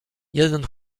jeden